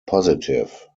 positive